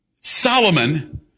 Solomon